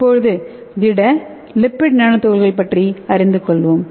இப்போது திட lipid nano துகள்கள் பற்றி அறிந்து கொள்வோம்